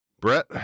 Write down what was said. Brett